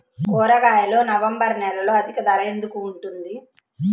కూరగాయలు నవంబర్ నెలలో అధిక ధర ఎందుకు ఉంటుంది?